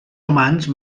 humans